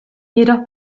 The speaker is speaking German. jedoch